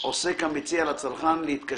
אל תגזימי.